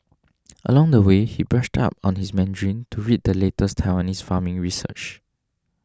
along the way he brushed up on his Mandarin to read the latest Taiwanese farming research